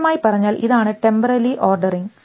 വ്യക്തമായി പറഞ്ഞാൽ ഇതാണ് ടെമ്പറലി ഓർഡറിങ്